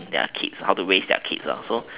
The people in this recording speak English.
their kids how to raise their kids up so